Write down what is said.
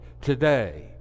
today